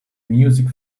music